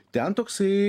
ten toksai